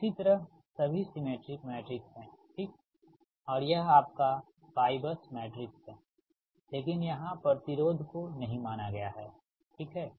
इसी तरह सभी सिमेट्रिक मैट्रिक्स है ठीक और यह आपका Ybus मैट्रिक्स है लेकिन यहां प्रतिरोध को नहीं माना गया है ठीक है